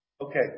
Okay